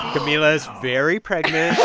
camila is very pregnant